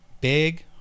Big